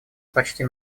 почти